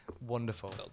wonderful